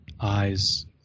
eyes